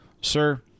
sir